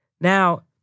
Now